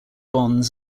bonds